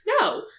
No